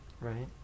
right